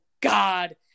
God